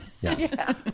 Yes